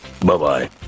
Bye-bye